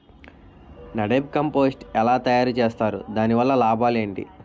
NADEP compost ఎలా తయారు చేస్తారు? దాని వల్ల లాభాలు ఏంటి?